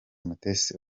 mutesi